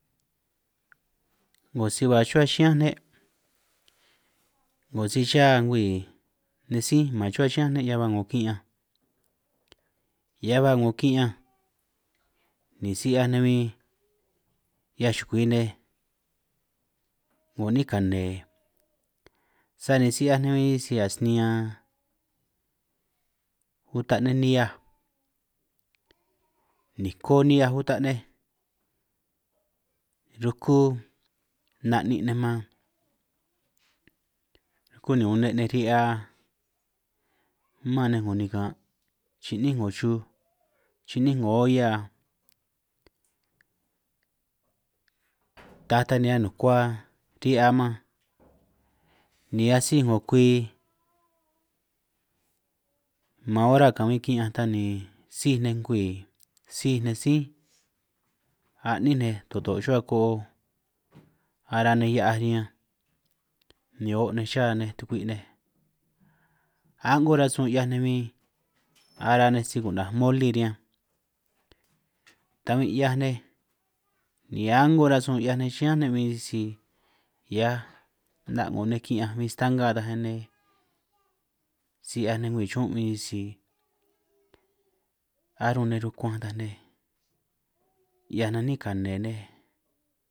'Ngo si ba chuhua chiñánj ne' 'ngo si cha ngwii nej, sí man chuhua chiñánj ne' hiaj ba 'ngo ki'ñanj, hiaj ba 'ngo kiñanj ni si 'hiaj nej huin 'hiaj chukwi nej 'ngo 'ní kane, sani si 'hiaj nej huin sisi a' sinin ñan uta' nej nihiaj, niko nihiaj uta nej rukú na'nin' nej man, ruku ni une' nej ri'hia man nej 'ngo nikan chi'nín 'ngoj lluj, chi'nín 'ngo olla taj ta ni anukua ri'hia man, ni asíj 'ngo kwi man ora kahuin ki'ñanj ta, ni síj nej ngwii síj nej sí a'nin nej toto' ruhua ko'o, ara nej hia'aj riñanj ni o' nej chá nej tukwi' nej, a'ngo rasun 'hiaj nej huin ara nej si ku'naj moli riñanj, ta huin 'hiaj nej ni a'ngo rasun 'hiaj nej chiñánj ne' huin, sisi hiaj 'na' 'ngo nej ki'ñanj huin sta'nga taj nej, nej si 'hiaj nej ngwii chiñún huin sisi arún' nej rukuanj taj nej, 'hiaj nej 'nín kane nej.